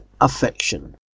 affection